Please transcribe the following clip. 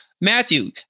matthew